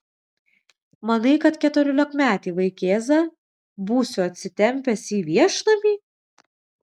manai kad keturiolikmetį vaikėzą būsiu atsitempęs į viešnamį